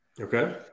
Okay